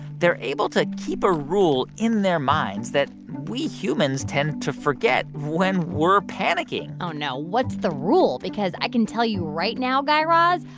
they're able to keep a rule in their minds that we humans tend to forget when we're panicking oh, no. what's the rule? because i can tell you right now, guy raz,